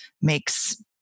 makes